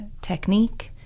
technique